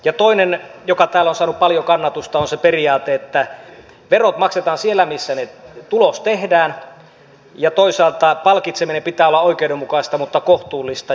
toinen joka täällä on saanut paljon kannatusta on se periaate että verot maksetaan siellä missä se tulos tehdään ja toisaalta palkitsemisen pitää olla oikeudenmukaista mutta kohtuullista